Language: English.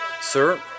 Sir